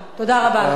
תודה רבה.